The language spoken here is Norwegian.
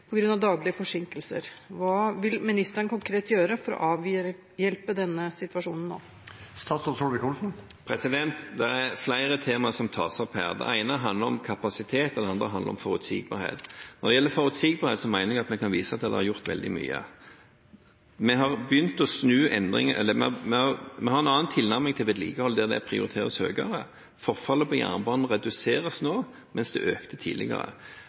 daglige forsinkelser. Hva vil statsråden konkret gjøre for å avhjelpe denne situasjonen nå?» Det er flere temaer som tas opp her. Det ene handler om kapasitet, og det andre handler om forutsigbarhet. Når det gjelder forutsigbarhet, mener jeg vi kan vise til at vi har gjort veldig mye. Vi har en annen tilnærming til vedlikehold, det prioriteres høyere. Forfallet på jernbanen reduseres nå, mens det økte tidligere.